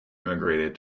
emigrated